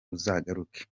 uzagaruke